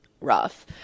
rough